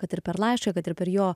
kad ir per laišką kad ir per jo